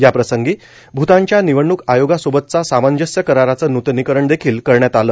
याप्रसंगी भूतानच्या निवडणूक आयोगासोबतचा सामंजस्य कराराचं नूतनीकरण देखील करण्यात आलं